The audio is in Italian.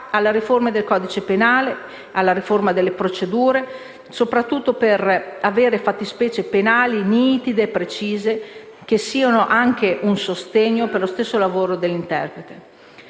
alla riforma del codice penale e alla riforma delle procedure, soprattutto per avere fattispecie penali nitide e precise, che siano anche un sostegno per lo stesso lavoro dell'interprete.